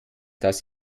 dass